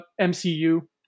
MCU